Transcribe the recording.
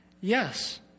Yes